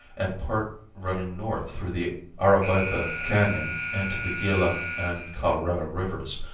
and part running north through the aravaipa canon into the gila and colorado rivers,